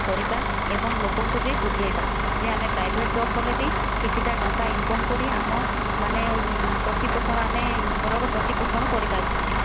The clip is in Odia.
କରିବା ଏବଂ ଲୋକଙ୍କୁ ବି ବୁଝାଇବା ଯେ ଆମେ ପ୍ରାଇଭେଟ୍ ଜବ୍ କଲେ ବି କିଛିଟା ଟଙ୍କା ଇନକମ୍ କରି ଆମ ମାନେ ପ୍ରତିପୋଷଣ ଆମେ ଘରର ପ୍ରତିପୋଷଣ କରିପାରୁଛନ୍ତି